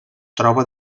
troba